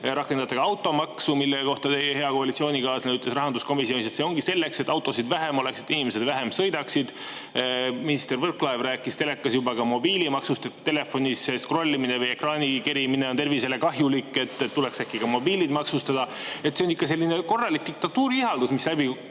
rakendate ka automaksu, mille kohta teie hea koalitsioonikaaslane rahanduskomisjonis ütles, et see ongi mõeldud selleks, et autosid vähem oleks ja inimesed vähem autoga sõidaksid. Minister Võrklaev rääkis telekas juba ka mobiilimaksust, sest telefonis skrollimine või ekraani kerimine on tervisele kahjulik, et tuleks äkki ka mobiilid maksustada. See on ikka korralik diktatuuriihalus, mis